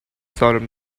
solemn